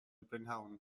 prynhawn